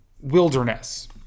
wilderness